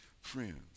Friends